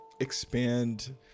expand